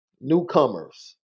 newcomers